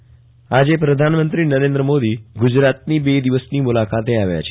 જી conference આજે પ્રધાનમંત્રી નરેન્દ્ર મોદી ગુજરાતની બે દિવસની મુલાકાતે આવ્યા છે